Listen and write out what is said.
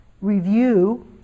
review